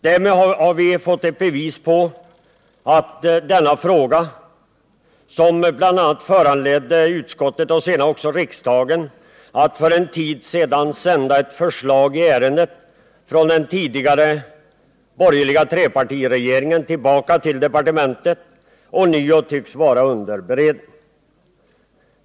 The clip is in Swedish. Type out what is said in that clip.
Därmed har vi fått ett bevis på att denna fråga — som bl.a. föranledde utskottet och senare också riksdagen att för en tid sedan sända ett förslag i ärendet från den tidigare borgerliga trepartiregeringen tillbaka till departementet — ånyo tycks vara under beredning.